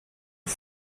the